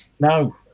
No